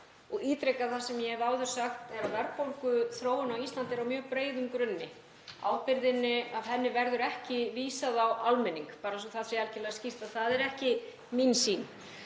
og ítreka það sem ég hef áður sagt, að verðbólguþróun á Íslandi er á mjög breiðum grunni. Ábyrgðinni af henni verður ekki vísað á almenning, bara svo það sé algerlega skýrt að það er ekki mín sýn.